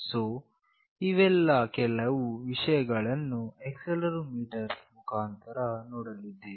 so ಇವೆಲ್ಲ ಕೆಲವು ವಿಷಯಗಳನ್ನು ಆಕ್ಸೆಲೆರೋಮೀಟರ್ ನ ಮುಖಾಂತರ ನೋಡಲಿದ್ದೇವೆ